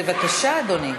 בבקשה, אדוני.